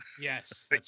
Yes